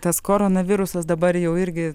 tas koronavirusas dabar jau irgi